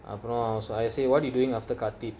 அப்புறம்:apuram I also say what do you doing after khatib